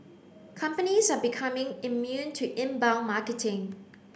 companies are becoming immune to inbound marketing